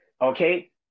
Okay